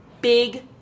big